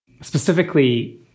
Specifically